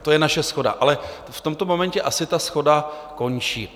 To je naše shoda, ale v tomto momentě asi ta shoda končí.